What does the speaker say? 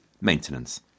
maintenance